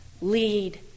lead